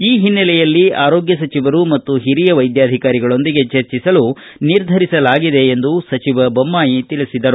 ಈ ಹಿನ್ನೆಲೆ ಆರೋಗ್ಯ ಸಚಿವರು ಮತ್ತು ಹಿರಿಯ ವೈದ್ಯಾಧಿಕಾರಿಗಳೊಂದಿಗೆ ಚರ್ಚಿಸಲು ನಿರ್ಧರಿಸಲಾಗಿದೆ ಎಂದು ಸಚಿವ ದೊಮ್ನಾಯಿ ತಿಳಿಸಿದರು